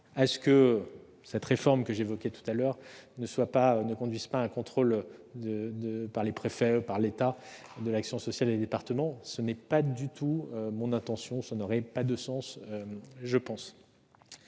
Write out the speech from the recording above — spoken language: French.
à ce que la réforme que j'évoquais tout à l'heure ne conduise pas à un contrôle par les préfets de l'action sociale des départements. Ce n'est pas du tout mon intention et cela n'aurait pas de sens, me